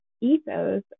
ethos